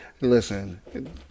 Listen